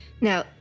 Now